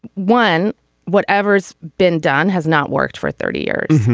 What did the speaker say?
one whatever's been done has not worked for thirty years.